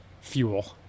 fuel